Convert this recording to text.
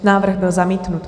Návrh byl zamítnut.